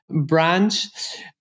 branch